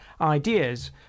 ideas